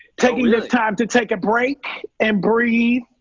taking this time to take a break and breathe.